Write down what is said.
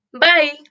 Bye